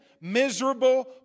miserable